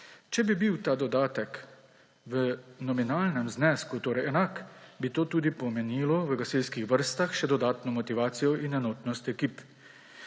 Če bi bil ta dodatek v nominalnem znesku torej enak, bi to tudi pomenilo v gasilskih vrstah še dodatno motivacijo in enotnost ekip.